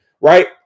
right